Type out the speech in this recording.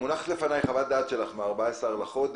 מונחת לפניי חוות דעת שלך מ-14 במרץ,